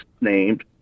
named